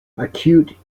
acute